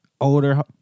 older